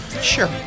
sure